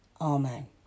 Amen